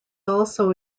also